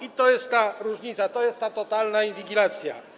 I to jest ta różnica, to jest ta totalna inwigilacja.